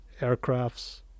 Aircrafts